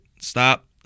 stop